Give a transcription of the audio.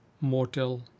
mortal